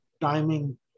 timing